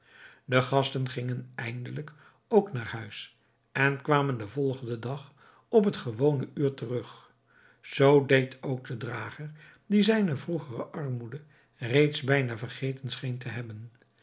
de gasten gingen eindelijk ook naar huis en kwamen den volgenden dag op het gewone uur terug zoo deed ook de drager die zijne vroegere armoede reeds bijna vergeten scheen te hebben